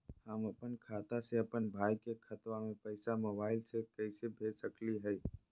हम अपन खाता से अपन भाई के खतवा में पैसा मोबाईल से कैसे भेज सकली हई?